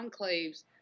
enclaves